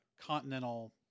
continental